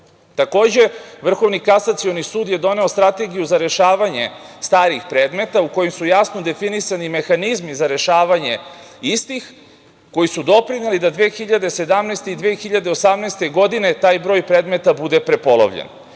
Takođe, Vrhovni kasacioni sud je doneo strategiju za rešavanje starijih predmeta u kojoj su jasno definisani mehanizmi za rešavanje istih, koji su doprineli da 2017. i 2018. godine taj broj predmeta bude prepolovljen.I